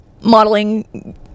modeling